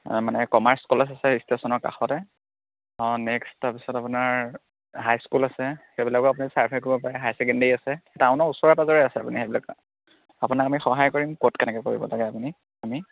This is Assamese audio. মানে কমাৰ্চ কলেজ আছে ষ্টেচনৰ কাষতে অ নেক্সট তাৰপিছত আপোনাৰ হাইস্কুল আছে সেইবিলাকো আপুনি চাৰ্ভে কৰিব পাৰে হাই ছেকেণ্ডেৰী আছে এটা আনৰ ওচৰে পাঁজৰে আছে সেইবিলাক আপোনাক আমি সহায় কৰিম ক'ত কেনেকে কৰিব লাগে আপুনি আমি